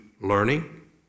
learning